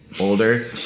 older